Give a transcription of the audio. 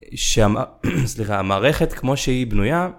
סליחה, המערכת כמו שהיא בנויה.